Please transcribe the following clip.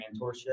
mentorship